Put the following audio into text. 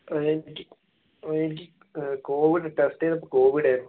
എനിക്ക് എനിക്ക് Covid test ചെയ്തപ്പോൾ കോവിഡ് ആയിരുന്നു